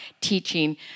teaching